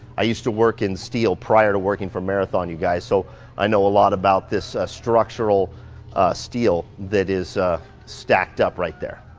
i used to work in steel prior to working for marathon you guys, so i know a lot about this structural steel that is stacked up right there.